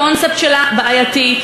הקונספט שלה בעייתי.